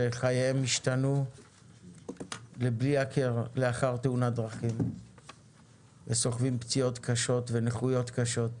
שחייהם השתנו לבלי הכר לאחר תאונת דרכים וסוחבים פציעות ונכויות קשות.